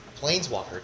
Planeswalker